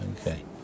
okay